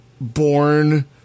born